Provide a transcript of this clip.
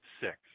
six